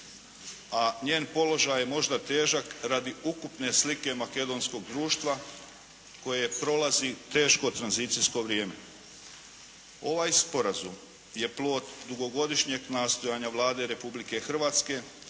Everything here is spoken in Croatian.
a njen položaj je možda težak radi ukupne slike makedonskog društva koje prolazi teško tranzicijsko vrijeme. Ovaj sporazum je plod dugogodišnjeg nastojanja Vlade Republike Hrvatske